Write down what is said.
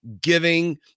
giving